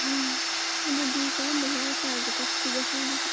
ꯎꯝ ꯑꯗꯨꯗꯤ ꯀꯔꯝꯕ ꯍꯤꯌꯥꯔ ꯁ꯭ꯇꯥꯏꯜꯁꯤ ꯀꯛꯁꯤꯒꯦ ꯁꯣꯝꯒꯤꯁꯦ